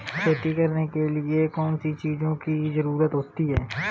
खेती करने के लिए कौनसी चीज़ों की ज़रूरत होती हैं?